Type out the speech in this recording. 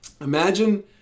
Imagine